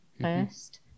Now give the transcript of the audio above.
first